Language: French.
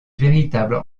véritable